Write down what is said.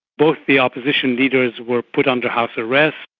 both the opposition leaders were put under house arrest,